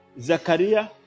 Zachariah